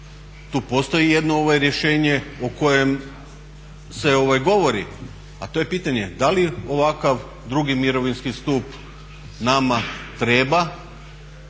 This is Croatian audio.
tu postoji jedno rješenje o kojem se govori, a to je pitanje da li ovakav drugi mirovinski stup nama treba,